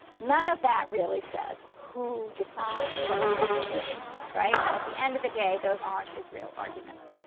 none of that really says who decides what the constitution means, right. and at the end of the day those aren't his real arguments.